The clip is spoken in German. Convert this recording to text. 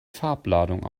farbladung